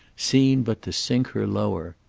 seemed but to sink her lower.